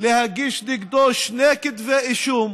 להגיש נגדו שני כתבי אישום